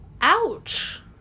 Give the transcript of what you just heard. ouch